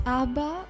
abba